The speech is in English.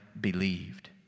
believed